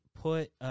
put